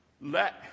let